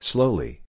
Slowly